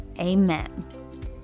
Amen